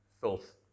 filth